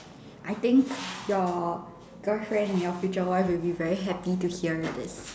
I think your girlfriend and your future wife will be very happy to hear this